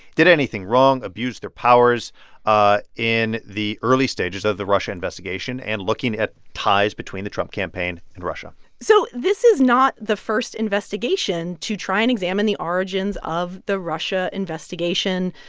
did anything wrong, abused their powers ah in the early stages of the russia investigation and looking at ties between the trump campaign and russia so this is not the first investigation to try and examine the origins of the russia investigation.